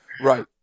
Right